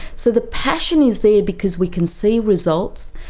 so the passion is there because we can see results,